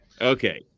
Okay